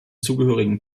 zugehörigen